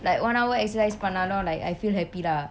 like one hour exercise பண்ணாலும்:pannalum like I feel happy lah